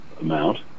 amount